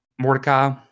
mordecai